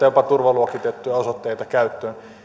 jopa näitä turvaluokitettuja osoitteita käyttöön